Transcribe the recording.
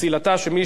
שקובע שמי